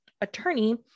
attorney